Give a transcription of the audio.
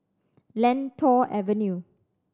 Lentor Avenue